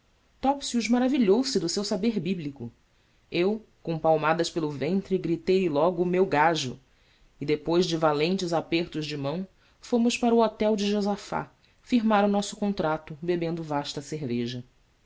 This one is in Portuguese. perfumado topsius maravilhou se do seu saber bíblico eu com palmadas pelo ventre gritei lhe logo meu gajo e depois de valentes apertos de mão fomos para o hotel de josafate firmar o nosso contrato bebendo vasta cerveja